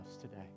today